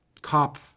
cop